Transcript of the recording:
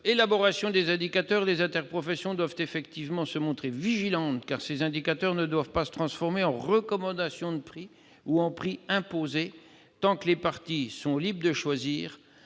élaboration des indicateurs, les interprofessions doivent effectivement se montrer vigilantes, car ces indicateurs ne doivent pas se transformer en recommandation de prix ou en prix imposé. Tant que les parties sont libres de choisir